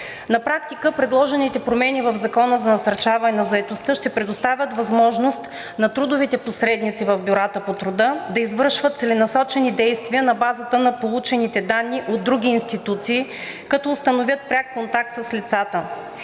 На практика предложените промени в Закона за насърчаване на заетостта ще предоставят възможност на трудовите посредници в бюрата по труда да извършват целенасочени действия на базата на получените данни от други институции, като установят пряк контакт с лицата.